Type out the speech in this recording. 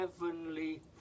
Heavenly